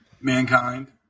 Mankind